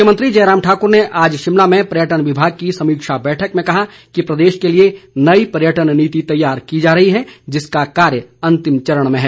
मुख्यमंत्री जयराम ठाकुर ने आज शिमला में पर्यटन विभाग की समीक्षा बैठक में कहा कि प्रदेश के लिए नई पर्यटन नीति तैयार की जा रही है जिसका कार्य अंतिम चरण में है